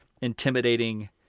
intimidating